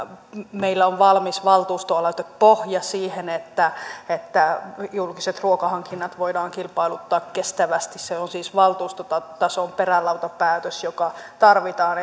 meillä on valmis valtuustoaloitepohja siihen että että julkiset ruokahankinnat voidaan kilpailuttaa kestävästi se on siis valtuustotason perälautapäätös joka tarvitaan